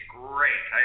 great